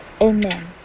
Amen